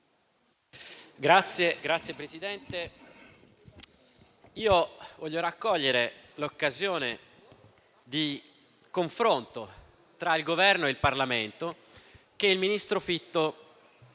Signor Presidente, voglio cogliere l'occasione di confronto tra il Governo e il Parlamento che il ministro Fitto